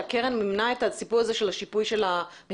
איך זה קרה שהקרן מימנה את הציפוי הזה של השיפוי של המכמורתנים,